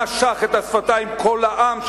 נשך את השפתיים כל העם,